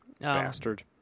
Bastard